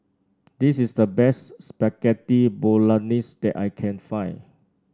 this is the best Spaghetti Bolognese that I can find